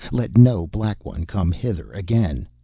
let no black one come hither again,